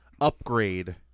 upgrade